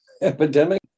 epidemic